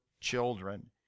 children